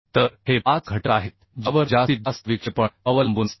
तर हे पाच घटक आहेत ज्यावर जास्तीत जास्त विक्षेपण अवलंबून असते